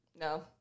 No